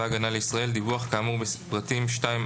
הגנה לישראל דיווח כאמור בפרטים (2),